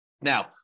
Now